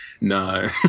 No